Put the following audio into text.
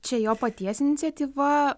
čia jo paties iniciatyva